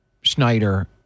Schneider